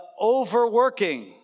overworking